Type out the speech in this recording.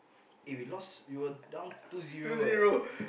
eh we lost we were down two zero eh